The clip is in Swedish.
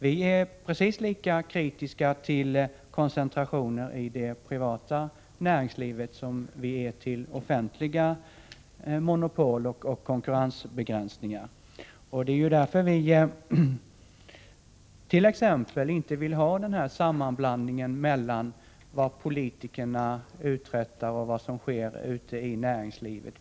Vi är precis lika kritiska mot koncentrationer i det privata näringslivet som mot offentliga monopol och konkurrensbegränsningar. Det är därför som vit.ex. inte vill ha en sammanblandning mellan vad politikerna uträttar och vad som sker ute i näringslivet.